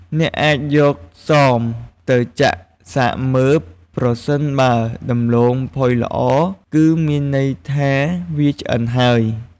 អ្នកអាចយកសមទៅចាក់សាកមើល ប្រសិនបើដំឡូងផុយល្អ គឺមានន័យថា វាឆ្អិនហើយ។